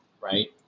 right